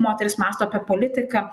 moterys mąsto apie politiką